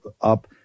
up